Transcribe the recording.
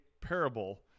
parable